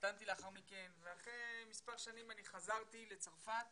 לאחר מכן התחתנתי ואחרי מספר שנים חזרתי לצרפת